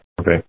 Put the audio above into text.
Okay